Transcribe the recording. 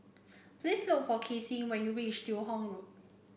please look for Casie when you reach Teo Hong Road